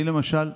אני, למשל,